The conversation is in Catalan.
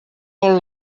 vol